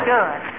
Good